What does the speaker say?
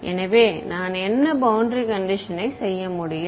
எனவே நான் என்ன பௌண்டரி கண்டிஷனை செய்ய முடியும்